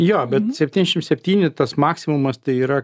jo bet septynšim septyni tas maksimumas tai yra